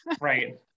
Right